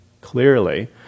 clearly